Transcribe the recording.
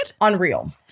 Unreal